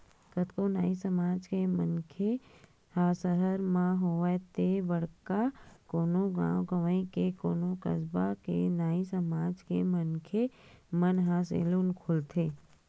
कतको नाई समाज के मनखे मन ह सहर म होवय ते बड़का कोनो गाँव गंवई ते कोनो कस्बा के नाई समाज के मनखे मन ह सैलून खोलथे